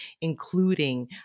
including